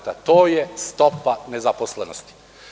To je stopa nezaposlenosti.